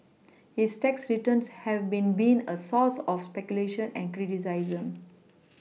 his tax returns have been been a source of speculation and criticism